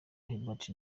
hubert